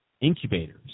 incubators